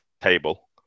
table